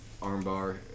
Armbar